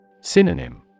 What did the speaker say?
Synonym